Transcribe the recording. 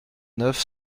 neuf